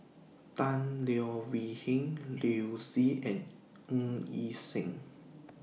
Tan Leo Wee Hin Liu Si and Ng Yi Sheng